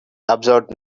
observed